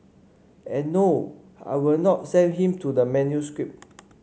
and no I will not send him the manuscript